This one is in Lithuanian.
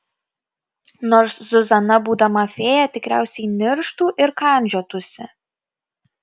nors zuzana būdama fėja tikriausiai nirštų ir kandžiotųsi